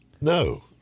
No